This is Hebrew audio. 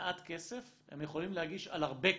מעט כסף הם יכולים להגיש על הרבה כסף,